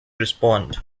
respond